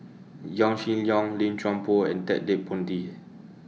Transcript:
Yaw Shin Leong Lim Chuan Poh and Ted De Ponti